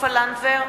סופה לנדבר,